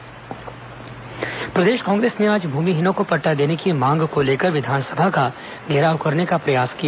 कांग्रेस घेराव प्रदेश कांग्रेस ने आज भूमिहीनों को पट्टा देने की मांग को लेकर विधानसभा का घेराव करने का प्रयास किया